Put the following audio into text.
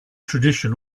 tradition